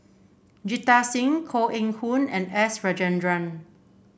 Jita Singh Koh Eng Hoon and S Rajendran